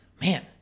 man